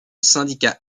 syndicat